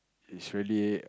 is really